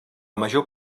major